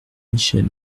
michel